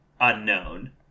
unknown